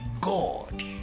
God